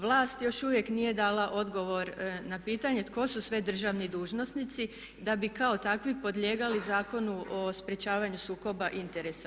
Vlast još uvijek nije dala odgovor na pitanje tko su sve državni dužnosnici da bi kao takvi podlijegali Zakonu o sprječavanju sukoba interesa.